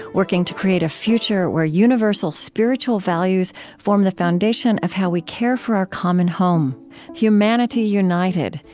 working to create a future where universal spiritual values form the foundation of how we care for our common home humanity united,